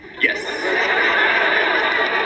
Yes